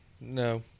No